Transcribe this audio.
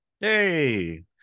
Hey